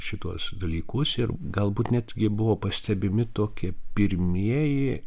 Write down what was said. šituos dalykus ir galbūt netgi buvo pastebimi tokie pirmieji